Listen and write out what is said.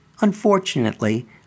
unfortunately